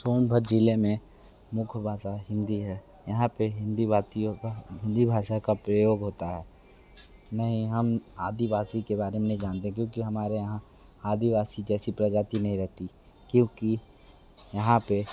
सोनभद्र ज़िले में मुख्य भाषा हिंदी है यहाँ पर हिंदी भाषियों का हिंदी भाषा का प्रयोग होता है नहीं हम आदिवासी के बारे में नहीं जानते क्योंकि हमारे यहाँ आदीवासी जैसी प्रजाति नहीं रहती क्योंकि यहाँ पर